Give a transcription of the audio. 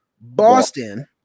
Boston